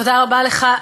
תודה רבה לך,